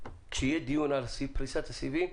כשיהיה דיון על פריסת הסיבים,